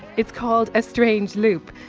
it's called a strange loop.